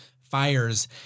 fires